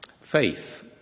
faith